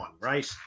right